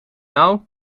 nauw